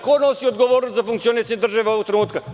Ko nosi odgovornost za funkcionisanje države ovog trenutka?